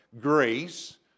grace